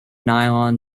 nylon